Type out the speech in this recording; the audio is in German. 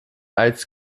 als